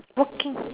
walking